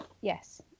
yes